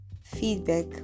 feedback